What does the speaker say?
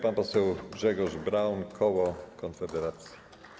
Pan poseł Grzegorz Braun, koło Konfederacji.